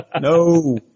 No